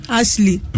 Ashley